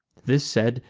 this said,